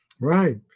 Right